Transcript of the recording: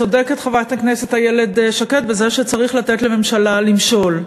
צודקת לתת חברת הכנסת איילת שקד בזה שצריך לתת לממשלה למשול.